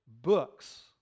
books